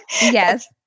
Yes